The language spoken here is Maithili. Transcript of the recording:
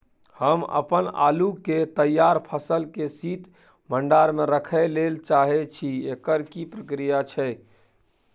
हम अपन आलू के तैयार फसल के शीत भंडार में रखै लेल चाहे छी, एकर की प्रक्रिया छै?